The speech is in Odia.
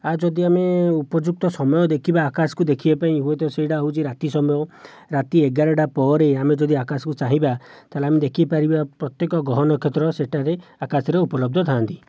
ଆଉ ଯଦି ଆମେ ଉପଯୁକ୍ତ ସମୟ ଦେଖିବା ଆକାଶକୁ ଦେଖିବା ପାଇଁ ହୁଏତ ସେଇଟା ହେଉଛି ରାତି ସମୟ ରାତି ଏଗାରଟା ପରେ ଆମେ ଯଦି ଆକାଶକୁ ଚାହିଁବା ତା'ହେଲେ ଆମେ ଦେଖିପାରିବା ପ୍ରତ୍ୟେକ ଗ୍ରହ ନକ୍ଷତ୍ର ସେଠାରେ ଆକାଶରେ ଉପଲବ୍ଧ ଥାଆନ୍ତି